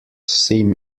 seem